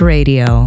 Radio